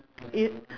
i~